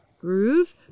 groove